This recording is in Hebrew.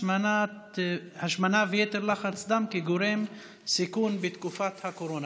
השמנה ויתר לחץ דם כגורם סיכון בתקופת הקורונה.